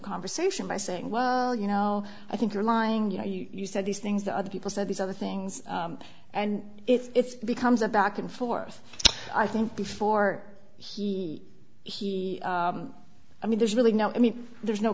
conversation by saying well you know i think you're lying you know you said these things that other people said these other things and it's becomes a back and forth i think before he he i mean there's really no i mean there's no